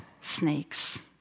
snakes